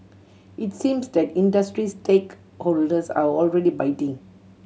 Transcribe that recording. it seems that industry stakeholders are already biting